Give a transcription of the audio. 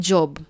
Job